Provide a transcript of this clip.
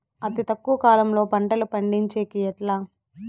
అతి తక్కువ కాలంలో పంటలు పండించేకి ఎట్లా?